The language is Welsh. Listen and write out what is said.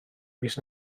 mis